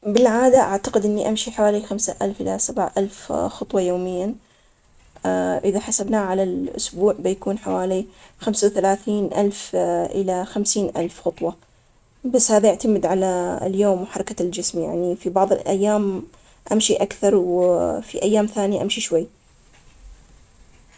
بالعادة، أعتقد إني أمشي حوالي خمسة ألف إلى سبعة ألف خطوة يوميا، إيه إذا حسبناها على الأسبوع بيكون حوالي خمسة وثلاثين ألف إلى خمسين ألف خطوة، بس هذا يعتمد على اليوم وحركة الجسم يعني في بعض الأيام أمشي أكثر وفي أيام ثانيه أمشي شوي.